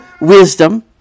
wisdom